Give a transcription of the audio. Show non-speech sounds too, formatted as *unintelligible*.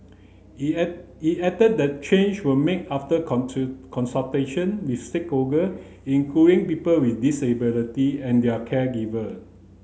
it an it added that change were made after *unintelligible* consultation with stakeholder including people with disability and their caregiver